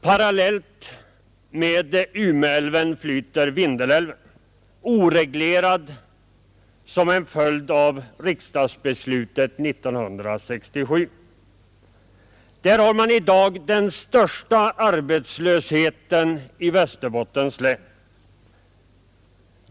Parallellt med Umeälven flyter Vindelälven, oreglerad som en följd av riksdagsbeslutet 1967. Där har man i dag den största arbetslösheten i Västerbottens län.